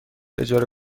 اجاره